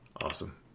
awesome